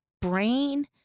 brain